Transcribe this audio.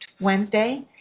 Wednesday